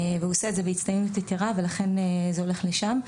והוא עושה את זה בהצטיינות יתרה ולכן זה הולך לשם.